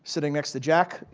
sitting next to jack,